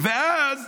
ואז,